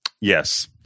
yes